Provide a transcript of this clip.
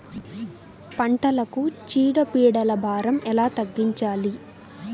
పంటలకు చీడ పీడల భారం ఎలా తగ్గించాలి?